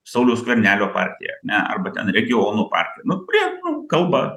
sauliaus skvernelio partija ar ne arba ten regionų partija nu prie kalba